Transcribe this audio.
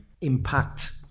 impact